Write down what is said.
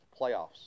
playoffs